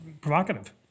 provocative